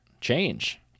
change